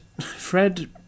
Fred